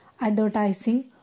advertising